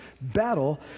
battle